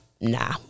nah